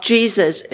Jesus